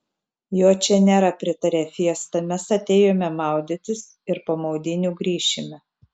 jo čia nėra pritarė fiesta mes atėjome maudytis ir po maudynių grįšime